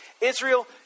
Israel